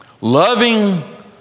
Loving